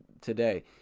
today